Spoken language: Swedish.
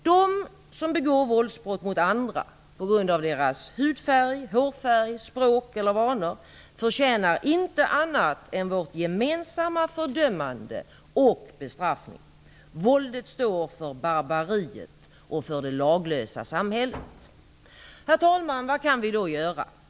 De som begår våldsbrott mot andra på grund av deras hudfärg, hårfärg, språk eller vanor förtjänar inte annat än vårt gemensamma fördömande och bestraffning. Våldet står för barbariet och för det laglösa samhället. Herr talman! Vad kan vi då göra?